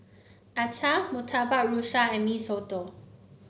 acar Murtabak Rusa and Mee Soto